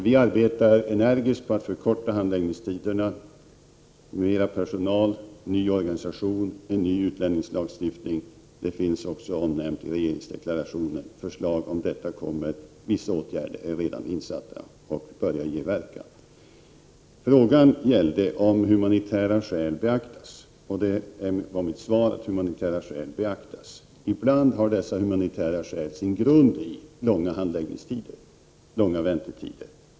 Vi arbetar energiskt på att förkorta handläggningstiderna genom mer personal, ny organisation och en ny utlänningslagstiftning. Detta finns omnämnt i regeringsdeklarationen. Förslag kommer, och vissa åtgärder har redan satts in och börjar ge effekt. Frågan gällde huruvida humanitära skäl beaktas, och mitt svar var att humanitära skäl beaktas. Ibland har dessa humanitära skäl sin grund i långa handläggningstider och därmed i långa väntetider.